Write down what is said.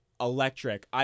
electric